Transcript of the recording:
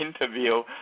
interview